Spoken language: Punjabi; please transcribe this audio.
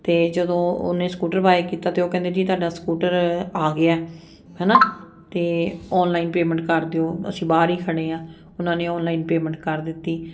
ਅਤੇ ਜਦੋਂ ਉਹਨੇ ਸਕੂਟਰ ਬਾਏ ਕੀਤਾ ਅਤੇ ਉਹ ਕਹਿੰਦੇ ਜੀ ਤੁਹਾਡਾ ਸਕੂਟਰ ਆ ਗਿਆ ਹੈ ਨਾ ਅਤੇ ਆਨਲਾਈਨ ਪੇਮੈਂਟ ਕਰ ਦਿਓ ਅਸੀਂ ਬਾਹਰ ਹੀ ਖੜ੍ਹੇ ਹਾਂ ਉਹਨਾਂ ਨੇ ਆਨਲਾਈਨ ਪੇਮੈਂਟ ਕਰ ਦਿੱਤੀ